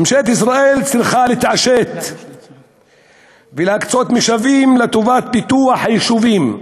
ממשלת ישראל צריכה להתעשת ולהקצות משאבים לטובת פיתוח היישובים,